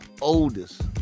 oldest